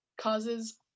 causes